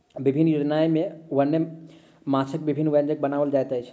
विभिन्न भोजनालय में वन्य माँछक विभिन्न व्यंजन बनाओल जाइत अछि